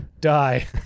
Die